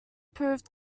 proved